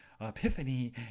epiphany